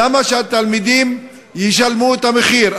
למה שהתלמידים ישלמו את המחיר?